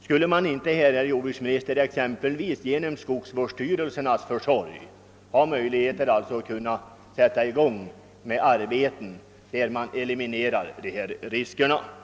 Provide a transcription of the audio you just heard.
Skulle det inte, herr jordbruksminister, exempelvis genom skogsvårdsstyrelsernas försorg vara möjligt att sätta i gång arbeten för att eliminera de risker jag tagit upp?